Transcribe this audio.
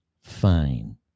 fine